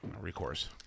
Recourse